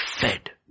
fed